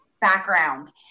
Background